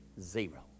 zero